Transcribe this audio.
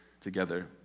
together